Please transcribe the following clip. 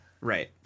Right